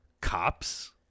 cops